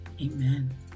Amen